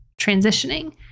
transitioning